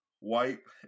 wipe